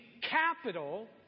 capital